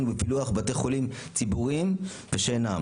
ופילוח בתי חולים ציבוריים ושאינם,